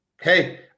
Hey